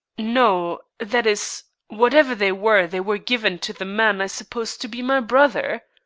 no that is whatever they were, they were given to the man i supposed to be my brother.